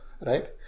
right